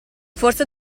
forse